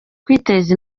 kwiteza